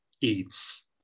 eats